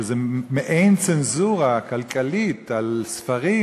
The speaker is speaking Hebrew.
שזה מעין צנזורה כלכלית על ספרים,